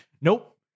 Nope